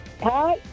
Hi